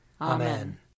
Amen